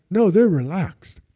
no they're relaxed.